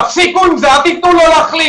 תפסיקו עם זה, אל תתנו לו להחליט.